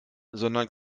sondern